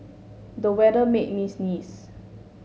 the weather made me sneeze